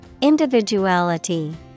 Individuality